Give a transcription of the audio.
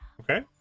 Okay